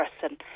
person